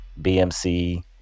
BMC